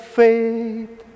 faith